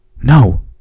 no